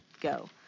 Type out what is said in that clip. go